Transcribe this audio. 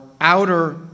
outer